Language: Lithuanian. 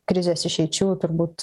krizės išeičių turbūt